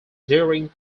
during